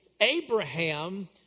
Abraham